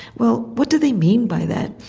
well what do they mean by that?